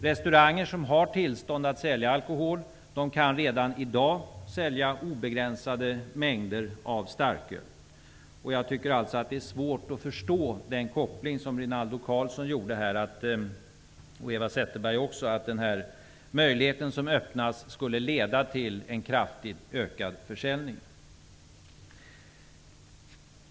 Restauranger som har tillstånd att sälja alkohol kan redan i dag sälja obegränsade mängder av starköl. Jag tycker alltså att det är svårt att förstå den koppling som Rinaldo Karlsson och Eva Zetterberg gjorde, nämligen att den möjlighet som öppnas skulle leda till kraftigt ökad försäljning.